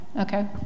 okay